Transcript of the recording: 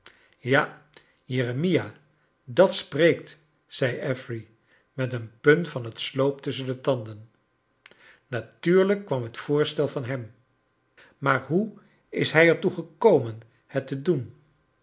ja jeremia dat spreekt zei affery met een punt van het sloop j tusschen de tanden i natuurliik kwarn het voorstel van j hem maar hoe is hij er toe geko men het te doen